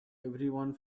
everyone